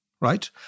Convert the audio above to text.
right